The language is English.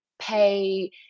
pay